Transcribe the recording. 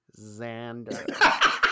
Xander